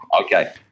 Okay